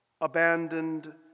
abandoned